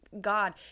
God